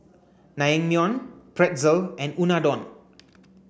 Naengmyeon Pretzel and Unadon